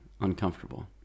uncomfortable